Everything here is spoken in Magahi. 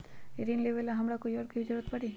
ऋन लेबेला हमरा कोई और के भी जरूरत परी?